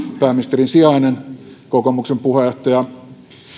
pääministerin sijainen kokoomuksen puheenjohtaja